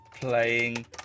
playing